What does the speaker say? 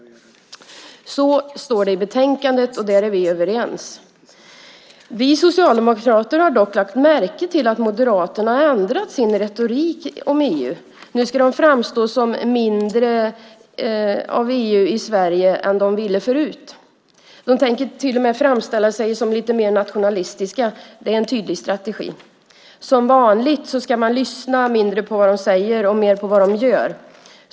Så står det i betänkandet, och där är vi överens. Vi socialdemokrater har dock lagt märke till att Moderaterna har ändrat sin retorik om EU. Nu ska det framstå som att de vill ha lite mindre av EU i Sverige än de ville förut. De tänker till och med framställa sig som lite mer nationalistiska; det är en tydlig strategi. Som vanligt ska man lyssna mindre på vad de säger och mer se till vad de gör.